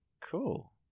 Cool